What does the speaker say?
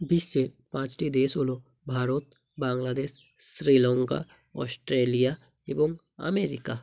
বিশ্বের পাঁচটি দেশ হল ভারত বাংলাদেশ শ্রীলঙ্কা অস্ট্রেলিয়া এবং আমেরিকা